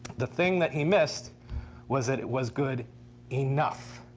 the thing that he missed was that it was good enough.